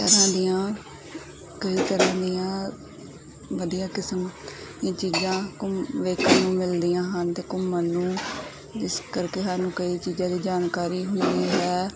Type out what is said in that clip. ਤਰ੍ਹਾਂ ਦੀਆਂ ਕਈ ਤਰ੍ਹਾਂ ਦੀਆਂ ਵਧੀਆ ਕਿਸਮ ਇਹ ਚੀਜ਼ਾਂ ਘੁੰਮ ਵੇਖਣ ਨੂੰ ਮਿਲਦੀਆਂ ਹਨ ਅਤੇ ਘੁੰਮਣ ਨੂੰ ਜਿਸ ਕਰਕੇ ਸਾਨੂੰ ਕਈ ਚੀਜ਼ਾਂ ਦੀ ਜਾਣਕਾਰੀ ਹੁੰਦੀ ਹੈ